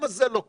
למה זה לא קורה?